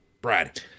Brad